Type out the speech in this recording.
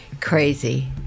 crazy